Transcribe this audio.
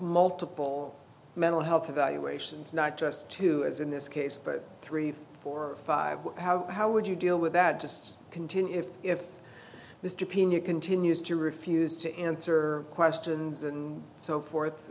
multiple mental health evaluations not just two as in this case but three four five how how would you deal with that just continue if mr pea continues to refuse to answer questions and so forth